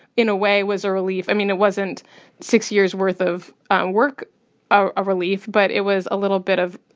in a way, was a relief. i mean, it wasn't six years' worth of work a a relief, but it was a little bit of,